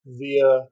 via